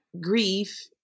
grief